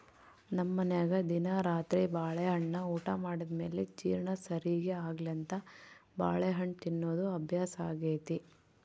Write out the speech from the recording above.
ನಮ್ಮನೆಗ ದಿನಾ ರಾತ್ರಿ ಬಾಳೆಹಣ್ಣನ್ನ ಊಟ ಮಾಡಿದ ಮೇಲೆ ಜೀರ್ಣ ಸರಿಗೆ ಆಗ್ಲೆಂತ ಬಾಳೆಹಣ್ಣು ತಿನ್ನೋದು ಅಭ್ಯಾಸಾಗೆತೆ